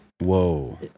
Whoa